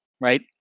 right